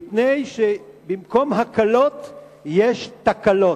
מפני שבמקום הקלות יש תקלות.